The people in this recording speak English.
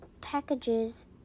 packages